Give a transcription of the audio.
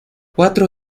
cuatro